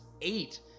eight